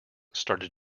started